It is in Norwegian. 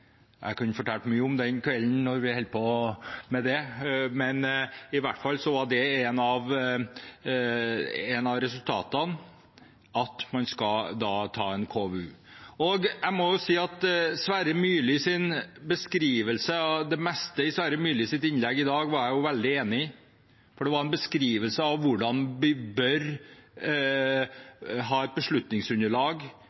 Jeg kunne fortalt mye om den kvelden vi holdt på med det, men et av resultatene var i hvert fall at man skal ha en KVU. Jeg må si at jeg var veldig enig i representanten Sverre Myrlis beskrivelse og det meste i hans innlegg i dag. Det var en beskrivelse av hvordan vi bør